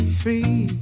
free